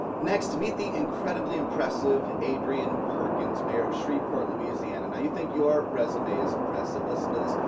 next, meet the incredibly impressive adrian perkins, mayor of shreveport, louisiana. now you think your resume is impressive, listen to this.